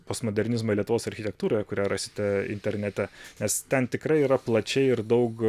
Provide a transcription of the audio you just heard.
postmodernizmą lietuvos architektūroje kurią rasite internete nes ten tikrai yra plačiai ir daug